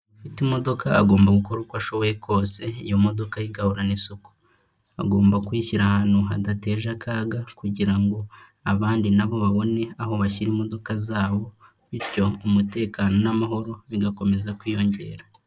Ufite imodoka agomba gukora uko ashoboye kose iyo modoka igahorana isuku agomba kuyishyira ahantu hadateje akaga kugira ngo abandi nabo babone aho bashyira imodoka zabo bityo umutekano n'amahoro bigakomeza kwiyongera.